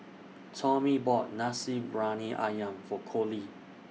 Tommy bought Nasi Briyani Ayam For Collie